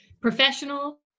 professional